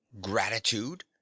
gratitude